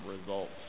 results